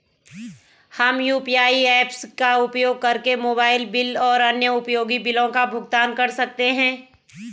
हम UPI apps का उपयोग करके मोबाइल बिल और अन्य उपयोगी बिलों का भुगतान कर सकते हैं